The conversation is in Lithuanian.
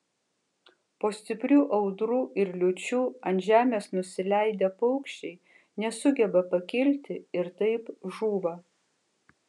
po stiprių audrų ir liūčių ant žemės nusileidę paukščiai nesugeba pakilti ir taip žūva